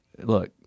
look